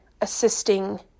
assisting